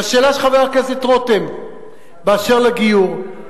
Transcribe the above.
לשאלה של חבר הכנסת רותם באשר לגיור: